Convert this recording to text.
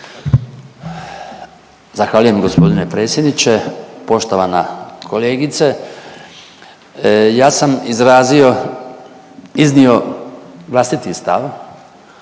Zahvaljujem g. predsjedniče. Poštovana kolegice. Ja sam izrazio iznio vlastiti stav